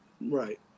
right